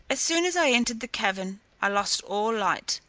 as soon as i entered the cavern, i lost all light,